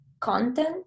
content